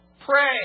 pray